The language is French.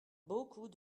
beaucoup